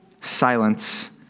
silence